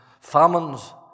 Famines